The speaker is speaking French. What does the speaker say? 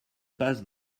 passe